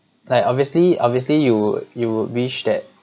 like obviously obviously you you would wish that